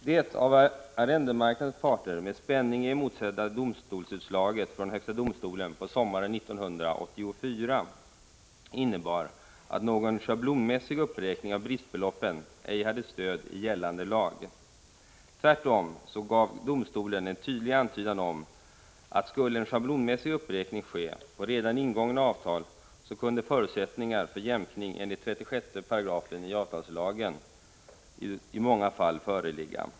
Det av arrendemarknadens parter med spänning emotsedda domstolsutslaget från högsta domstolen sommaren 1984 innebar att någon schablonmässig uppräkning av bristbeloppen ej hade stöd i gällande lag. Tvärtom gav domstolen en tydlig antydan om att skulle en schablonmässig uppräkning ske på redan ingångna avtal, kunde förutsättningar för jämkning enligt 36 § avtalslagen i många fall föreligga.